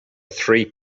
three